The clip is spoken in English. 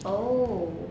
oh